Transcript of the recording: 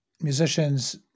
musicians